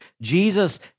Jesus